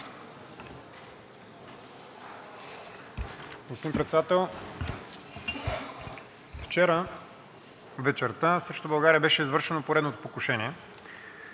Благодаря.